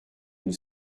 une